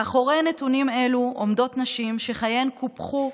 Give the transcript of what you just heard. מאחורי נתונים אלו עומדות נשים שחייהן קופחו,